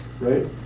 right